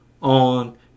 on